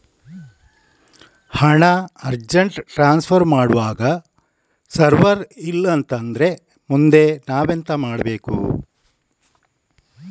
ಹಣ urgent transfer ಮಾಡ್ವಾಗ server ಇಲ್ಲಾಂತ ಆದ್ರೆ ಮುಂದೆ ನಾವೆಂತ ಮಾಡ್ಬೇಕು?